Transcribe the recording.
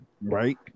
Right